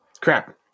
crap